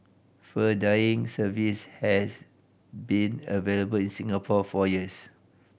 fur dyeing service has been available in Singapore for years